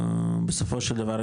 בסופו של דבר,